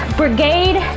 brigade